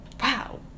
Wow